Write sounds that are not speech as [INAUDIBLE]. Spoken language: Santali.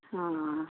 [UNINTELLIGIBLE]